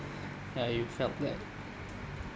ya you felt that